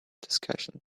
discussion